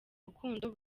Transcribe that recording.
rukundo